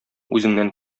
үзеңнән